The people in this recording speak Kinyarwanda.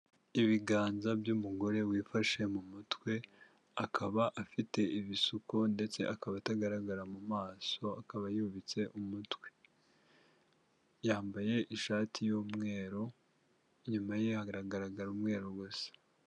Ibiganza by'umugore wifashe mu mutwe, akaba afite ibisuko ndetse akaba atagaragara mu maso, akaba yubitse umutwe. Yambaye ishati y'umweru, inyuma ye hagaragara umweru gusa.